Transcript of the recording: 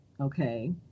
okay